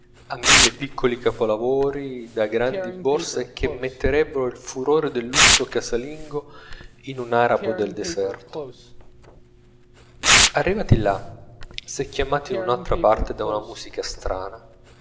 a mille piccoli capolavori da grandi borse che metterebbero il furore del lusso casalingo in un arabo del deserto arrivati là s'è chiamati in un'altra parte da una musica strana